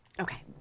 Okay